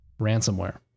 ransomware